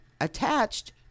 attached